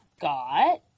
got